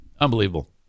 Unbelievable